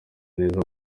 neza